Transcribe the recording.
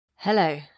Hello